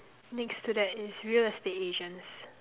next to that is real estate agents